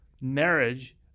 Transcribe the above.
marriage